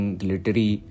glittery